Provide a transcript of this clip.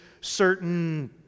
certain